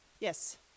yes